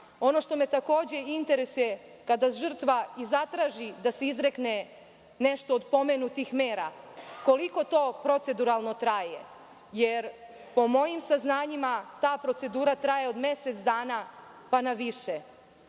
što me takođe interesuje - kada žrtva zatraži da se izrekne nešto od pomenutih mera koliko to proceduralno traje? Jer, po mojim saznanjima ta procedura traje od mesec dana pa na više.